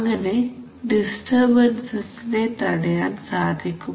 അങ്ങനെ ഡിസ്റ്റർബൻസസിനെ തടയാൻ സാധിക്കും